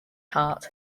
heart